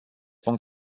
punct